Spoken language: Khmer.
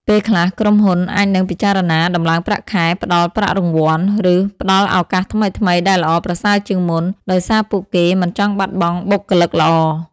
ពេលខ្លះ ក្រុមហ៊ុនអាចនឹងពិចារណាដំឡើងប្រាក់ខែ ផ្តល់ប្រាក់រង្វាន់ ឬផ្តល់ឱកាសថ្មីៗដែលល្អប្រសើរជាងមុន ដោយសារពួកគេមិនចង់បាត់បង់បុគ្គលិកល្អ។